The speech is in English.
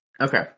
Okay